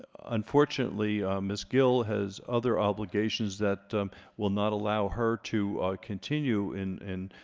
unfortunately miss gill has other obligations that will not allow her to continue in in